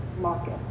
market